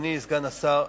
אדוני סגן השר,